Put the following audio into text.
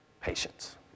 patience